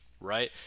right